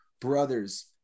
brothers